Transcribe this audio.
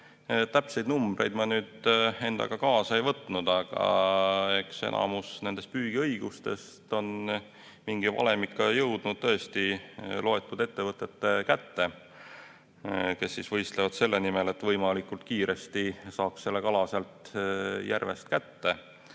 täpseid numbreid ma nüüd endaga kaasa ei võtnud, aga eks enamik nendest püügiõigustest on mingi valemiga jõudnud tõesti vaid mõne ettevõtte kätte ja nemad võistlevad selle nimel, et võimalikult kiiresti saaks kala sealt järvest kätte.